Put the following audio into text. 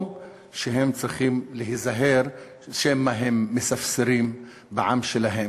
שהם צריכים להיזהר שמא הם מספסרים בעם שלהם.